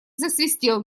засвистел